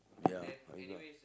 ya we got